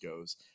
goes